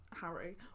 Harry